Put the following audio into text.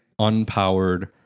unpowered